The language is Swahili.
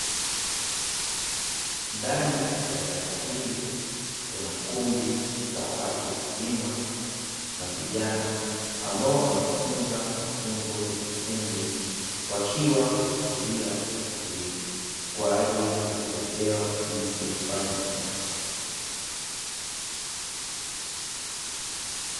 Ndani ya darasa hili kuna kundi la watu wazima la vijana ambao wanajifunza mafunzo ya ufundi wakiwa wametulia kwa utulivu kwa ajili ya kuelewa jinsi ya kufanya ufundi.